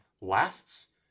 lasts